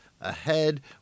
ahead